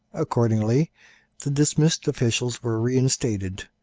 accordingly the dismissed officials were reinstated,